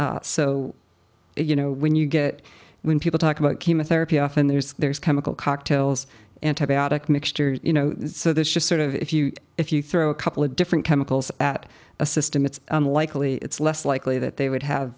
solutions so you know when you get when people talk about chemotherapy often there's there's chemical cocktails antibiotic mixtures you know so there's just sort of if you if you throw a couple of different chemicals at a system it's unlikely it's less likely that they would have